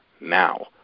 now